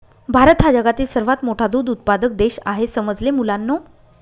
भारत हा जगातील सर्वात मोठा दूध उत्पादक देश आहे समजले मुलांनो